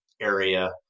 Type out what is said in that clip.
area